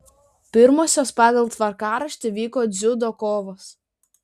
pirmosios pagal tvarkaraštį vyko dziudo kovos